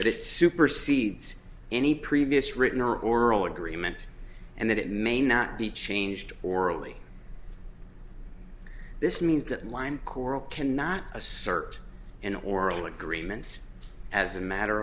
it supersedes any previous written or oral agreement and that it may not be changed or early this means that line coral cannot assert an oral agreement as a matter